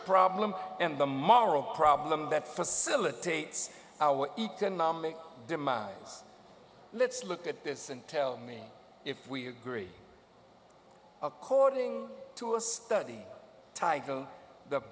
problem and the moral problem that facilitates our economic demise let's look at this and tell me if we agree according to a study title the